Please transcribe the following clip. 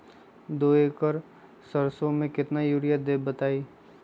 दो एकड़ सरसो म केतना यूरिया देब बताई?